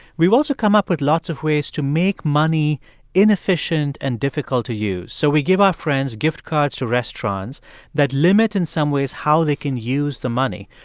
we've also come up with lots of ways to make money inefficient and difficult to use. so we give our friends gift cards to restaurants that limit, in some ways, how they can use the money.